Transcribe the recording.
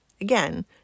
Again